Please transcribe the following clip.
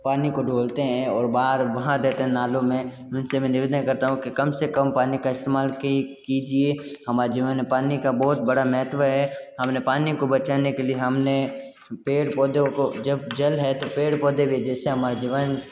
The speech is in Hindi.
पानी को डोलते हैं और बाहर बहा देते हैं नालों में जिन से मैं निवेदन करता हूँ कि कम से कम पानी का इस्तेमाल कीजिए हमारे जीवन में पानी का बहुत बड़ा महत्व है हम ने पानी को बचाने के लिए हम ने पेड़ पौधों को जब जल है तो पेड़ पौधे भी जैसे हमारे जीवन